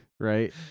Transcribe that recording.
Right